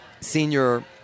senior